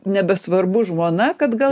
nebesvarbu žmona kad gal